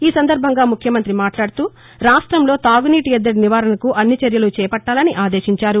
ఈ సందర్భంగా ముఖ్యమంత్రి మాట్లాడుతూ రాష్టంలో తాగునీటి ఎద్దడి నివారణకు అన్ని చర్యలూ చేపట్టాలని ఆదేశించారు